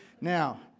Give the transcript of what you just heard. Now